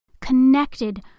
connected